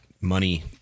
money